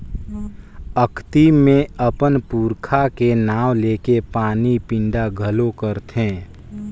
अक्ती मे अपन पूरखा के नांव लेके पानी पिंडा घलो करथे